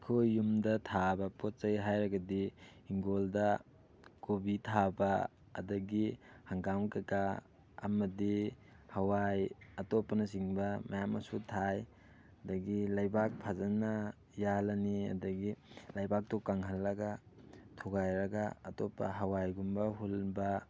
ꯑꯩꯈꯣꯏ ꯌꯨꯝꯗ ꯊꯥꯕ ꯄꯣꯠꯆꯩ ꯍꯥꯏꯔꯒꯗꯤ ꯍꯤꯡꯒꯣꯜꯗ ꯀꯣꯕꯤ ꯊꯥꯕ ꯑꯗꯒꯤ ꯍꯪꯒꯥꯝ ꯀꯩꯀꯥ ꯑꯃꯗꯤ ꯍꯋꯥꯏ ꯑꯇꯣꯞꯄꯅꯆꯤꯡꯕ ꯃꯌꯥꯝ ꯑꯃꯁꯨ ꯊꯥꯏ ꯑꯗꯒꯤ ꯂꯩꯕꯥꯛ ꯐꯖꯅ ꯌꯥꯜꯂꯅꯤ ꯑꯗꯒꯤ ꯂꯩꯕꯥꯛꯇꯣ ꯀꯪꯍꯜꯂꯒ ꯊꯨꯒꯥꯏꯔꯒ ꯑꯇꯣꯞꯄ ꯍꯋꯥꯏꯒꯨꯝꯕ ꯍꯨꯟꯕ